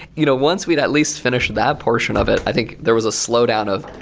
you know once we'd at least finish that portion of it, i think there was a slowdown of,